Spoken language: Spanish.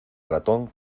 ratón